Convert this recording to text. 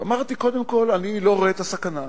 ואמרתי: קודם כול אני לא רואה את הסכנה.